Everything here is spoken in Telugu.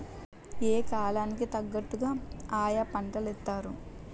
యా కాలం కి తగ్గట్టుగా ఆయా పంటలేత్తారు